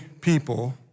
people